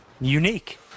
unique